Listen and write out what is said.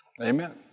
Amen